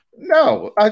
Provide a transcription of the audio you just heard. No